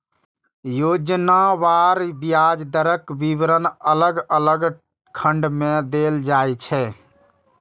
योजनावार ब्याज दरक विवरण अलग अलग खंड मे देल जाइ छै